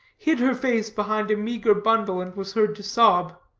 hid her face behind a meagre bundle, and was heard to sob.